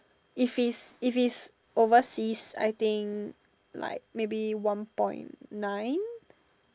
if is if is overseas I think like maybe like one point nine